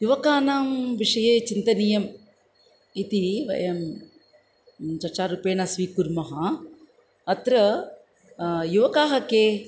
युवकानां विषये चिन्तनीयम् इति वयं चर्चारूपेण स्वीकुर्मः अत्र युवकाः के